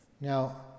Now